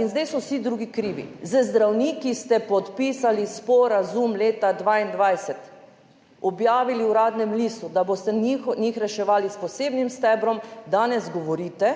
in zdaj so vsi drugi krivi. Z zdravniki ste podpisali sporazum leta 2022, objavili v Uradnem listu, da boste njih reševali s posebnim stebrom, danes govorite,